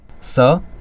Sir